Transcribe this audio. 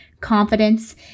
confidence